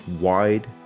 wide